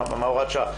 מה הוראת שעה?